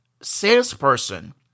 salesperson